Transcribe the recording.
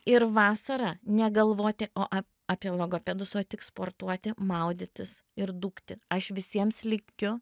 ir vasarą negalvoti o apie logopedus o tik sportuoti maudytis ir dūkti aš visiems linkiu